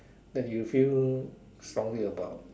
that you feel strongly about